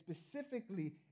specifically